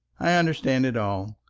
i understand it all.